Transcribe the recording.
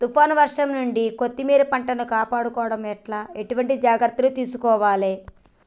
తుఫాన్ వర్షం నుండి కొత్తిమీర పంటను కాపాడుకోవడం ఎట్ల ఎటువంటి జాగ్రత్తలు తీసుకోవాలే?